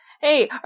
Hey